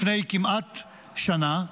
לפני כמעט שנה,